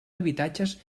habitatges